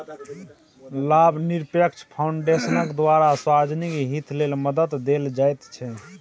लाभनिरपेक्ष फाउन्डेशनक द्वारा सार्वजनिक हित लेल मदद देल जाइत छै